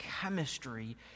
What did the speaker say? chemistry